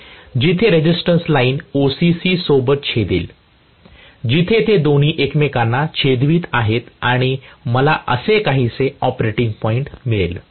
जेथे resistance line OCC सोबत छेदेल तिथे ते दोन्ही एकमेकांना छेदवित आहेत आणि मला असे काहीसे ऑपरेटिंग पॉईंट मिळेल